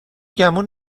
گمون